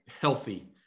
healthy